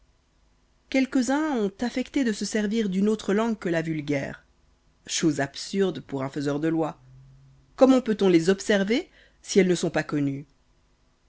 quelques-uns ont affecté de se servir d'une autre langue que la vulgaire chose absurde pour un faiseur de lois comment peut-on les observer si elles ne sont pas connues